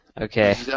Okay